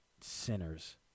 sinners